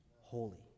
holy